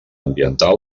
ambiental